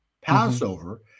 Passover